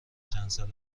چندسال